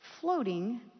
floating